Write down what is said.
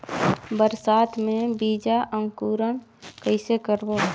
बरसात मे बीजा अंकुरण कइसे करबो?